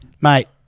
Mate